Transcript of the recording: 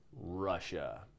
Russia